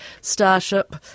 Starship